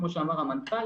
כמו שאמר המנכ"ל,